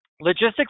logistics